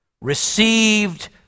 received